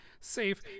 safe